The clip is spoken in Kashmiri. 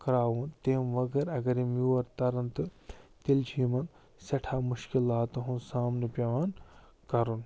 کرٛاوُن تیٚمہِ وَغٲر اگر یِم یور تَرَن تہٕ تیٚلہِ چھِ یِمن سٮ۪ٹھاہ مُشکِلاتن ہُنٛد سامنہٕ پٮ۪وان کَرُن